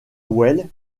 wells